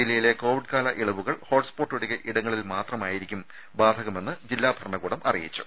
ജില്ലയിലെ കോവിഡ് കാല ഇളവുകൾ ഹോട്സ്പോട്ട് ഒഴികെ ഇടങ്ങളിൽ മാത്രമായിരിക്കും ബാധകമാകുന്നതെന്ന് ജില്ലാ ഭരണകൂടം അറിയിച്ചു